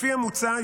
לפי המוצע,